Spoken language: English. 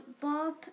Bob